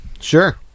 sure